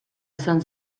esan